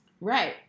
Right